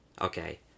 okay